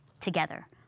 together